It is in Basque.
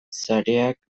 sareak